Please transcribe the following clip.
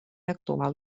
actual